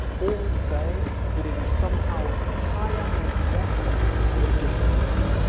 all say that it is somehow higher and better than just beauty.